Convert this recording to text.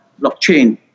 blockchain